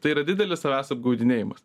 tai yra didelis savęs apgaudinėjimas